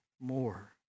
more